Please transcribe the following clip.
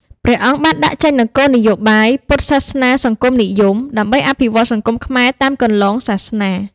ព្រះអង្គបានដាក់ចេញនូវគោលនយោបាយ "ពុទ្ធសាសនាសង្គមនិយម" ដើម្បីអភិវឌ្ឍសង្គមខ្មែរតាមគន្លងសាសនា។